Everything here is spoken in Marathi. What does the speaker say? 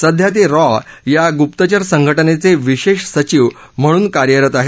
सध्या ते रॉ या गुप्तचर संघटनेचे विशेष सचिव म्हणून कार्यरत आहेत